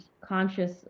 conscious